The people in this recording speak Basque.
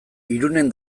irunen